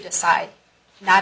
decide not